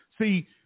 See